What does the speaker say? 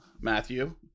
Matthew